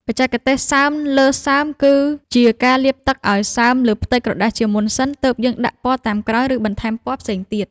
បច្ចេកទេសសើមលើសើមគឺជាការលាបទឹកឱ្យសើមលើផ្ទៃក្រដាសជាមុនសិនទើបយើងដាក់ពណ៌តាមក្រោយ ឬ បន្ថែមពណ៌ផ្សេងទៀត។